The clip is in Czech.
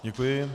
Děkuji.